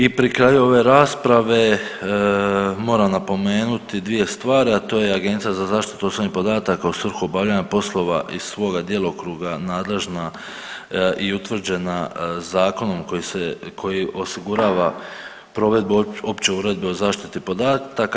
I pri kraju ove rasprave moram napomenuti dvije stvari, a to je Agencija za zaštitu osobnih podataka u svrhu obavljanja poslova iz svoga djelokruga nadležna i utvrđena zakonom koji osigurava provedbu Opće uredbe o zaštiti podataka.